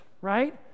right